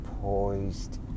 poised